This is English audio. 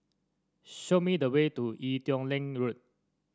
show me the way to Ee Teow Leng Road